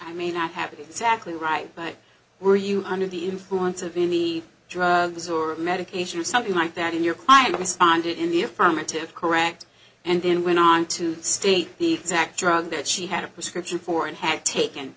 i may not have it exactly right why were you under the influence of any drugs or medication or something like that in your client responded in the affirmative correct and then went on to state the fact drug that she had a prescription for and had taken